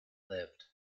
lived